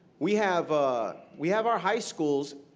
we have ah we have our high schools.